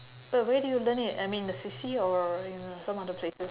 but where do you learn it I mean the C_C or you know some other places